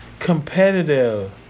competitive